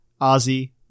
Ozzy